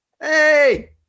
Hey